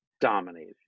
Dominate